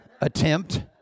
attempt